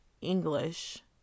English